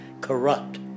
corrupt